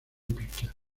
pictures